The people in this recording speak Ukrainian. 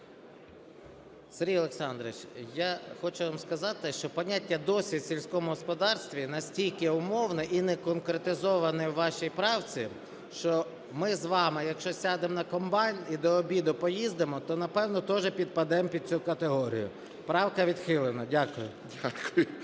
Сергій Олександрович, я хочу вам сказати, що поняття "досвід" в сільському господарстві настільки умовне і неконкретизоване в вашій правці, що ми з вами, якщо сядемо на комбайн і до обіду поїздимо, то, напевно, тоже підпадемо під цю категорію. Правка відхилена. Дякую.